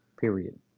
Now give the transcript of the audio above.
period